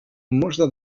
można